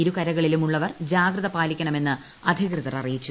ഇരുകരകളിലും ഉള്ളവർ ജാഗ്രത പാലിക്കണമെന്ന് അധികൃതിർ അറിയിച്ചു